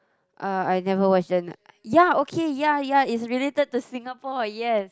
uh I never watch then ya okay ya ya is related to Singapore yes